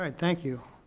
ah thank you.